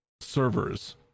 servers